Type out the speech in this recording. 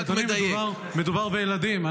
אדוני, מדובר בילדים.